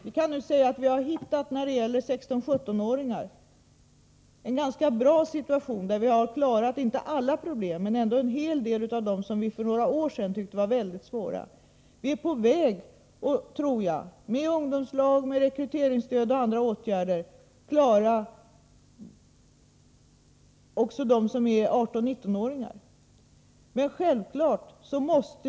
Vi kan när det gäller 16-17-åringar säga att vi nu har en ganska bra situation. Vi har inte klarat av alla problem, men ändå en hel del av dem som vi för några år sedan tyckte var mycket svåra. Med ungdomslag, rekryteringsstöd och andra åtgärder är vi, tror jag, på väg att lösa problemen också för 18-19-åringarna.